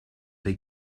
they